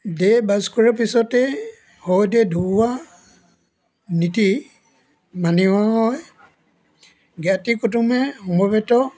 দেহ বাজ কৰাৰ পাছতেই ঘৰতেই ধুওৱা নীতি মানি অহা হয় জ্ঞাতি কুটুমে সমবেত